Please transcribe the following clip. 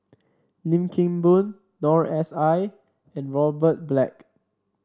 Lim Kim Boon Noor S I and Robert Black